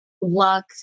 luck